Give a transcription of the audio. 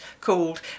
called